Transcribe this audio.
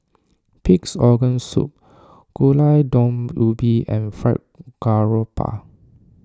Pig's Organ Soup Gulai Daun Ubi and Fried Garoupa